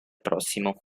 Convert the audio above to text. prossimo